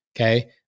okay